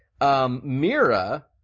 Mira